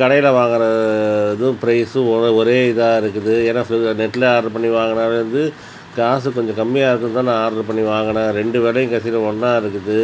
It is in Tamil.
கடையில் வாங்குற இதுவும் பிரைஸும் ஒரே இதாக இருக்குது ஏன்னா ஃப்ளிப் நெட்டில் ஆர்ட்ர் பண்ணி வாங்குனாவே வந்து காசு கொஞ்சம் கம்மியாக இருக்குன்னு தான் நான் ஆர்ட்ரு பண்ணி வாங்குன ரெண்டு விலையும் கடைசில ஒன்றா இருக்குது